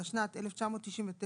התשנ"ט-1999,